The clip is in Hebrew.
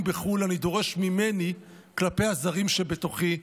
בחו"ל אני דורש ממני כלפי הזרים שבתוכי.